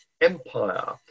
empire